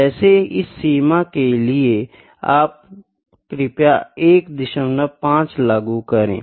जैसे इस सीमा के लिए आप कृपया 15 लागू करें